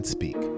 Speak